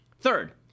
Third